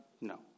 No